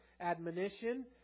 admonition